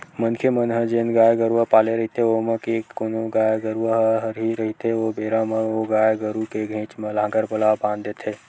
मनखे मन ह जेन गाय गरुवा पाले रहिथे ओमा के कोनो गाय गरुवा ह हरही रहिथे ओ बेरा म ओ गाय गरु के घेंच म लांहगर ला बांधे जाथे